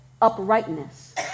uprightness